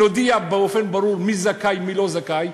נודיע באופן ברור מי זכאי ומי לא זכאי,